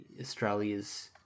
Australia's